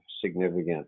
significant